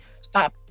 stop